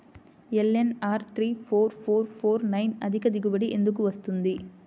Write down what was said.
LNR three four four four nine అధిక దిగుబడి ఎందుకు వస్తుంది?